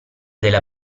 della